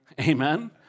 Amen